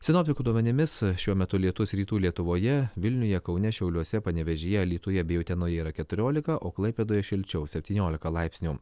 sinoptikų duomenimis šiuo metu lietus rytų lietuvoje vilniuje kaune šiauliuose panevėžyje alytuje bei utenoje yra keturiolika o klaipėdoje šilčiau septyniolika laipsnių